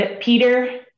Peter